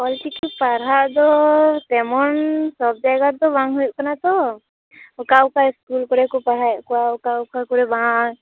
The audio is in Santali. ᱚᱞ ᱪᱤᱠᱤ ᱯᱟᱲᱦᱟᱜ ᱫᱚ ᱛᱮᱢᱚᱱ ᱥᱚᱵᱡᱟᱭᱜᱟ ᱨᱮᱫᱚ ᱵᱟᱝ ᱦᱩᱭᱩᱜ ᱠᱟᱱᱟ ᱛᱚ ᱚᱠᱟ ᱚᱠᱟ ᱤᱥᱠᱩᱞ ᱠᱚᱨᱮᱠᱚ ᱯᱟᱲᱦᱟᱣᱮᱫ ᱠᱚᱣᱟ ᱚᱠᱟ ᱚᱠᱟ ᱠᱚᱨᱮ ᱵᱟᱝ